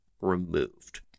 removed